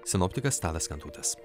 sinoptikas tadas kantautas